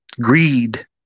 Greed